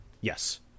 Yes